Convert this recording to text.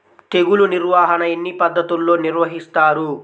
తెగులు నిర్వాహణ ఎన్ని పద్ధతుల్లో నిర్వహిస్తారు?